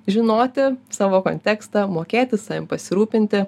žinoti savo kontekstą mokėti savim pasirūpinti